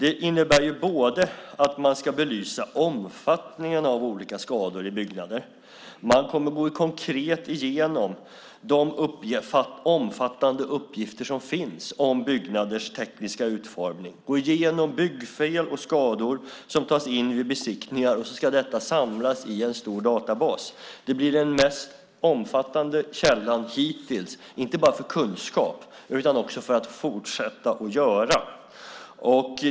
Det innebär att man ska belysa omfattningen av olika skador i byggnader. Man kommer konkret att gå igenom de omfattande uppgifter som finns om byggnaders tekniska utformning. Man kommer att gå igenom byggfel och skador, som tas in vid besiktningar. Sedan ska detta samlas i en stor databas. Det blir den mest omfattande källan hittills, inte bara för kunskap utan också för att fortsätta att göra .